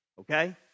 Okay